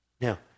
Now